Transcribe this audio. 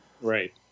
Right